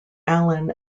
allen